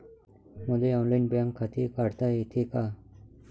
मले online bank खाते काढता येते का?